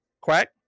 Quack